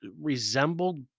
resembled